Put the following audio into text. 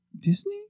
Disney